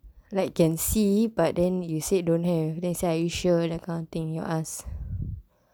like can see but then you said don't have then I say are you sure that kind of thing you ask